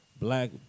black